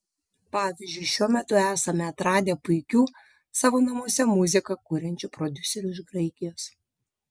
pavyzdžiui šiuo metu esame atradę puikių savo namuose muziką kuriančių prodiuserių iš graikijos